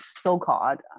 so-called